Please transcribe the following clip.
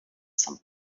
some